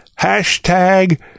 hashtag